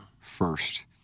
first